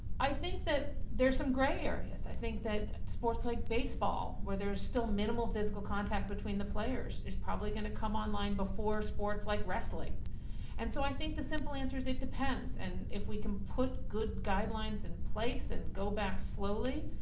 i think that there's some gray areas. i think that sports like baseball where there's still minimal physical contact, between the players is probably gonna come online, before sports like wrestling and so i think the simple answer is it depends and if we can put good guidelines in and place and go back slowly,